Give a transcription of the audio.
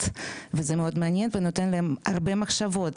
וזה מאוד מעניין ונותן להם הרבה מחשבות,